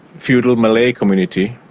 feudal, malay community,